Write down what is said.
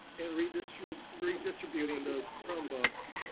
and redistributing redistributing those chromebooks,